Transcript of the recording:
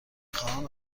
خواهم